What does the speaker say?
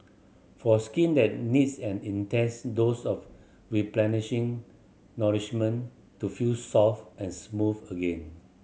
for skin that needs an intense dose of replenishing nourishment to feel soft and smooth again